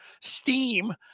steam